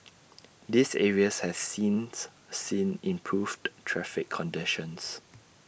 these areas has since seen improved traffic conditions